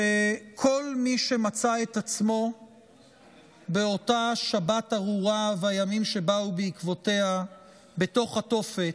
שכל מי שמצא את עצמו באותה שבת ארורה ובימים שבאו בעקבותיה בתוך התופת,